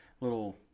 little